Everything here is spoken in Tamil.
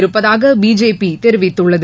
இருப்பதாக பிஜேபி தெரிவித்துள்ளது